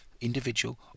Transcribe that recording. individual